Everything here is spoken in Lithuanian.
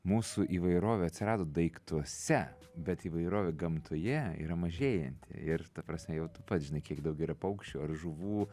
mūsų įvairovė atsirado daiktuose bet įvairovė gamtoje yra mažėjanti ir ta prasme jau tu pats žinai kiek daug yra paukščių ar žuvų